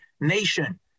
nation